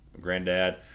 granddad